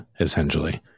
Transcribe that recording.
essentially